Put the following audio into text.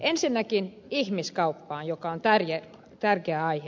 ensinnäkin ihmiskauppaan joka on tärkeä aihe